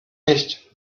nicht